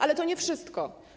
Ale to nie wszystko.